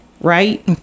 Right